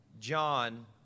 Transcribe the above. John